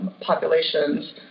populations